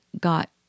got